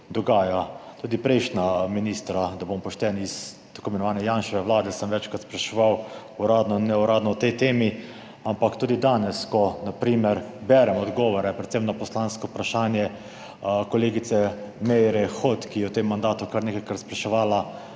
Tudi prejšnja ministra, da bom pošten, iz tako imenovane Janševe vlade, sem večkrat spraševal uradno in neuradno o tej temi, ampak tudi danes, ko na primer berem odgovore predvsem na poslansko vprašanje kolegice Meire Hot, ki je v tem mandatu kar nekajkrat spraševala